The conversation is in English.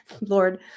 Lord